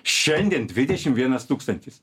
šiandien dvidešimt vienas tūkstantis